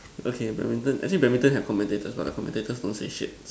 okay badminton I think badminton have commentators what the commentators don't say shit